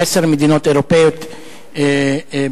עשר מדינות אירופיות בקרוב,